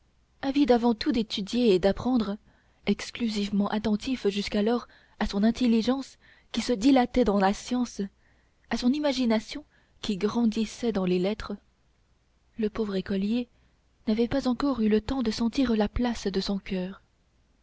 avide avant tout d'étudier et d'apprendre exclusivement attentif jusqu'alors à son intelligence qui se dilatait dans la science à son imagination qui grandissait dans les lettres le pauvre écolier n'avait pas encore eu le temps de sentir la place de son coeur